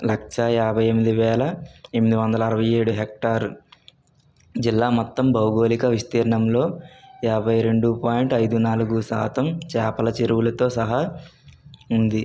లక్ష యాభై ఎనిమిది వేల ఎనిమిది వందల అరవై ఏడు హెక్టార్ జిల్లా మొత్తం భౌగోళిక విస్తీర్ణంలో యాభై రెండు పాయింట్ ఐదు నాలుగు శాతం చేపల చెరువులతో సహా ఉంది